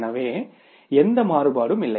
எனவே எந்த மாறுபாடும் இல்லை